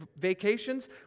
vacations